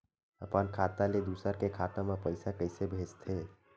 अपन खाता ले दुसर के खाता मा पईसा कइसे भेजथे?